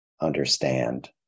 understand